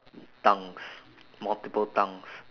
tongues multiple tongues